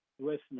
Listeners